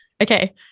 Okay